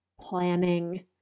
planning